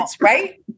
right